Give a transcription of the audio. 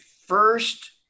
first